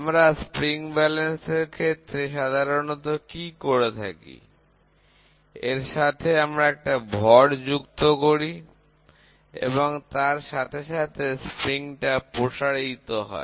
আমরা spring balance এর ক্ষেত্রে সাধারণত কি করে থাকি এর সাথে আমরা একটা ভর যুক্ত করি এবং তার সাথে সাথে স্প্রিং টা প্রসারিত হয়